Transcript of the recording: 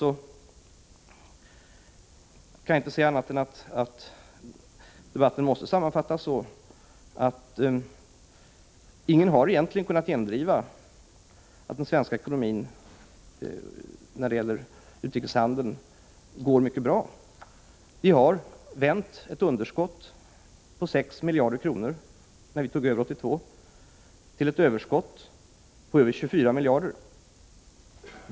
Jag kan inte se annat än att debatten måste sammanfattas så att ingen egentligen har kunnat gendriva att den svenska ekonomin när det gäller utrikeshandeln går mycket bra. Vi har vänt ett underskott på 6 miljarder kronor, som vi tog över 1982, till ett överskott på över 24 miljarder kronor.